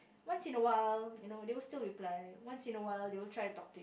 once in a while you know they will still reply once in a while they will try to talk to you